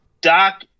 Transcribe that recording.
Doc